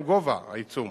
גובה העיצום